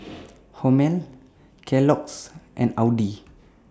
Hormel Kellogg's and Audi